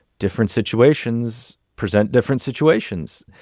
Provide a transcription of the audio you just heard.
different situations present different situations.